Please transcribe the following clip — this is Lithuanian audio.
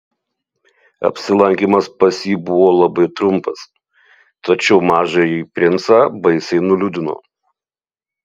apsilankymas pas jį buvo labai trumpas tačiau mažąjį princą baisiai nuliūdino